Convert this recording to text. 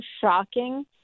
shocking